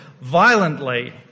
violently